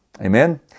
Amen